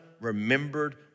remembered